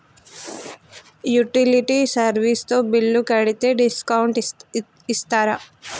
Utility service తో bill కడితే discount ఇస్తరా?